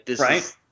Right